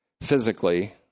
physically